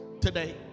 Today